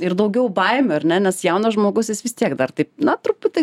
ir daugiau baimių ar ne nes jaunas žmogus jis vis tiek dar taip na truputį